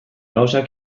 gauzak